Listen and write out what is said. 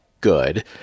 good